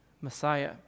Messiah